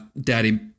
Daddy